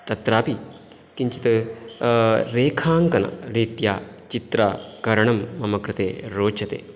तत्रापि किञ्चित् रेखाङ्कनं रीत्या चित्रकरणं मम कृते रोचते